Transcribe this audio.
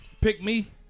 pick-me